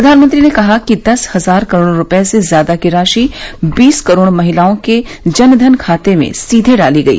फ्र्यानमंत्री ने कहा कि दस हजार करोड़ रूपये से ज्यादा की राशि बीस करोड़ महिलाओं के जन धन खाते में सीधे डाली गई